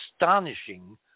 astonishing